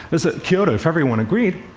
is that kyoto, if everyone agreed,